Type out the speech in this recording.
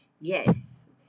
Yes